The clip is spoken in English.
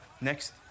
Next